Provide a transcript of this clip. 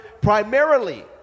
primarily